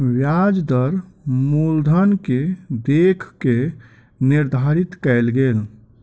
ब्याज दर मूलधन के देख के निर्धारित कयल गेल